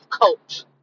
coach